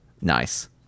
Nice